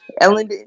ellen